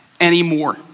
anymore